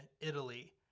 Italy